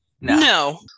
no